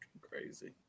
crazy